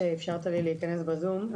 שאפשרת לי להיכנס בזום.